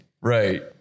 right